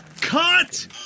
Cut